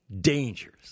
dangers